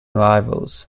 rivals